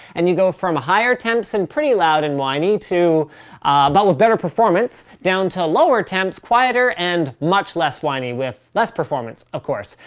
and you go from higher temps and pretty loud and whiney, but with better performance, down to lower temps, quieter, and much less whiney, with less performance, of course.